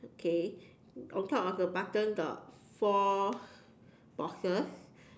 okay on top of the button got four boxes